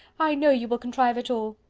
i know you will contrive it all.